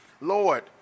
Lord